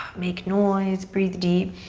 make noise, breathe deep.